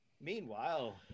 Meanwhile